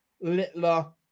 Littler